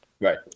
Right